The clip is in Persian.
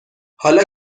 حالا